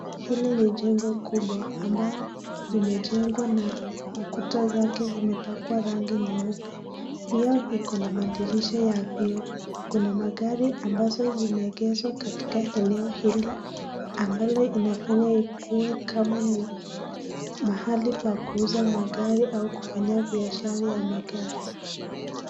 Hili ni jengo kubwa ambao imejengwa na ukuta zake zimepakwa rangi nyeupe pia iko na madirisha ya vioo. Kuna magari ambazo zimeegezwa katika eneo hili ambalo inafanya ikue kama ni mahali pa kuuza magari au kufanyia biashara ya magari.